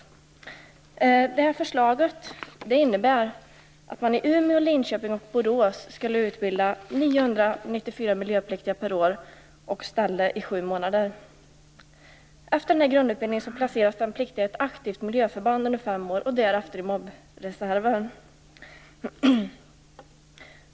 Förslaget innebär att man i Umeå, Linköping och Borås skulle utbilda 994 miljöpliktiga per år och ställe i sju månader. Efter grundutbildningen placeras den pliktige i ett aktivt miljöförband under fem år, och därefter i MOB-reserven.